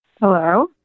hello